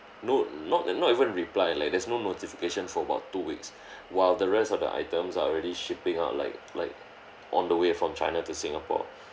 no not e~ not even reply like there's no notification for about two weeks while the rest of the items are already shipping out like like on the way from china to singapore